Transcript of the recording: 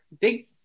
big